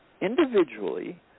individually